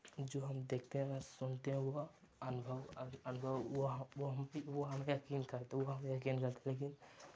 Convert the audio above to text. जो हम देखते हैं सुनते हैं वो अनुभव अनुभव वो हम वो हम वो हम यकीन करते हैं वो हम यकीन करते हैं लेकिन